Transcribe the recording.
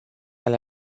ale